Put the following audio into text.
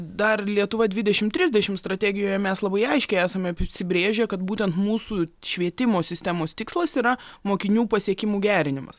dar lietuva dvidešim trisdešim strategijoje mes labai aiškiai esame apsibrėžę kad būtent mūsų švietimo sistemos tikslas yra mokinių pasiekimų gerinimas